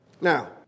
Now